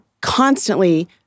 constantly